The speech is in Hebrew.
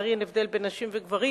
לצערי אין הבדל בין נשים וגברים,